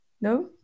No